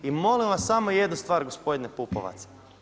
I molim vas samo jednu stvar gospodine Pupovac.